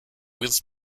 with